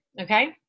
Okay